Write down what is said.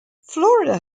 florida